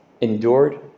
endured